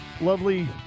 lovely